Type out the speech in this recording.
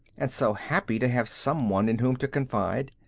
and so happy to have some one in whom to confide.